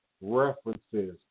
references